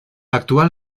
actual